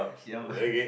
ya man